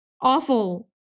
awful